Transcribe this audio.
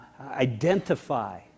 identify